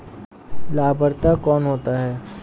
लाभार्थी कौन होता है?